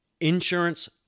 Insurance